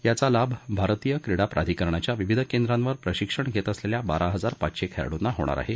याचा लाभ भारतीय क्रीडा प्राधिकरणाच्या विविध केंद्रावर प्रशिक्षण घेत असलेल्या बारा हजार पाचशे खेळाइंना होणार आहे